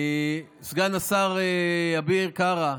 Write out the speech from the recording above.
סגן השר אביר קארה,